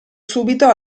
subito